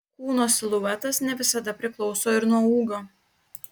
kūno siluetas ne visada priklauso ir nuo ūgio